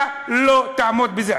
אתה לא תעמוד בזה.